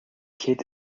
kid